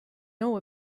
know